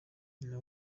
nyina